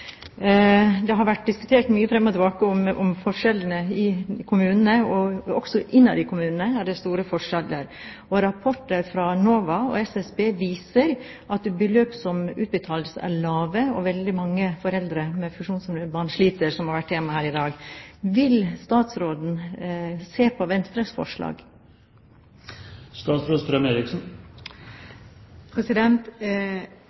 Det har vært diskutert mye fram og tilbake om forskjellene i kommunene, og også innad i kommunene er det store forskjeller. Rapporter fra NOVA og SSB viser at beløpene som utbetales, er lave, og veldig mange foreldre med funksjonshemmede barn sliter, som har vært temaet her. Vil statsråden se på Venstres